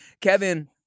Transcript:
Kevin